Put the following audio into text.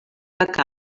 que